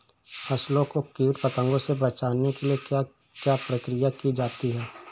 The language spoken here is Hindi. फसलों को कीट पतंगों से बचाने के लिए क्या क्या प्रकिर्या की जाती है?